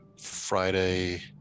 friday